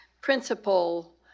principle